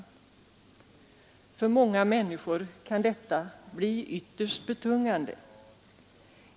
För många människor kan detta bli ytterst betungande.